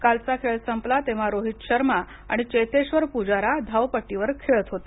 कालचा खेळ संपल तेव्हा रोहित शर्मा आणि चेतेश्वर पुजारा धावपट्टीवर खेळत होते